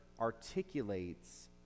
articulates